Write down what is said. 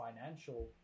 financial